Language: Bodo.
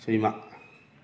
सैमा